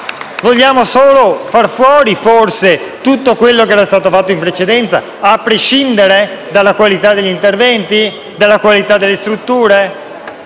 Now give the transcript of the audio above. Vogliamo forse solo far fuori tutto quello che era stato fatto in precedenza, a prescindere dalla qualità degli interventi, dalla qualità delle strutture?